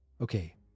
Okay